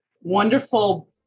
wonderful